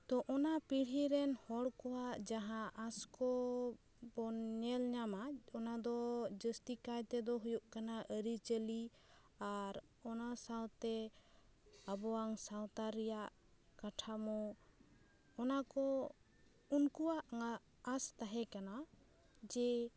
ᱛᱚ ᱚᱱᱟ ᱯᱤᱲᱦᱤ ᱨᱮᱱ ᱦᱚᱲ ᱠᱚᱣᱟᱜ ᱡᱟᱦᱟᱸ ᱟᱸᱥ ᱠᱚ ᱵᱚᱱ ᱧᱮᱞ ᱧᱟᱢᱟ ᱚᱱᱟ ᱫᱚ ᱡᱟᱹᱥᱛᱤ ᱠᱟᱭᱛᱮ ᱫᱚ ᱦᱩᱭᱩᱜ ᱠᱟᱱᱟ ᱟᱹᱨᱤ ᱪᱟᱹᱞᱤ ᱟᱨ ᱚᱱᱟ ᱥᱟᱶᱛᱮ ᱟᱵᱚᱣᱟᱝ ᱥᱟᱶᱛᱟ ᱨᱮᱭᱟᱜ ᱠᱟᱴᱷᱟᱢᱳ ᱚᱱᱟ ᱠᱚ ᱩᱱᱠᱩᱣᱟᱜ ᱢᱟ ᱟᱸᱥ ᱛᱟᱦᱮᱸ ᱠᱟᱱᱟ ᱡᱮ